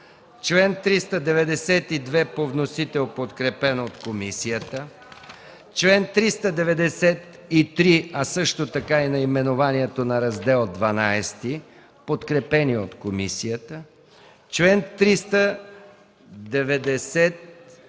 чл. 392 по вносител, подкрепен от комисията; чл. 393, а също така и наименованието на Раздел ХІІ, подкрепени от комисията; чл. 394